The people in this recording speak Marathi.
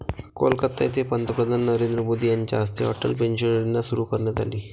कोलकाता येथे पंतप्रधान नरेंद्र मोदी यांच्या हस्ते अटल पेन्शन योजना सुरू करण्यात आली